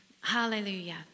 Hallelujah